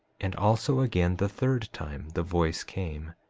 and also again the third time the voice came,